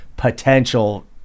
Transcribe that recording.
potential